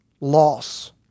loss